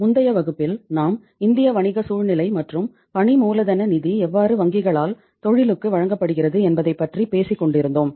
முந்தைய வகுப்பில் நாம் இந்திய வணிக சூழ்நிலை மற்றும் பணி மூலதன நிதி எவ்வாறு வங்கிகளால் தொழிலுக்கு வழங்கப்படுகிறது என்பதைப் பற்றி பேசிக் கொண்டிருந்தோம்